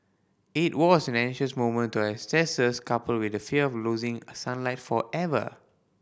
it was an anxious moment to our ancestors coupled with the fear of losing sunlight forever